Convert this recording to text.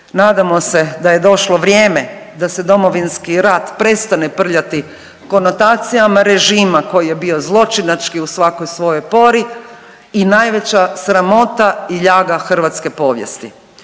nadamo se da je došlo vrijeme da se Domovinski rat prestane prljati konotacijama režima koji je bio zločinački u svakoj svojoj pori i najveća sramota i ljaga hrvatske povijesti.